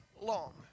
long